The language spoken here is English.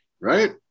Right